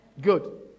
Good